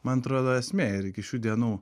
man atrodo esmė ir iki šių dienų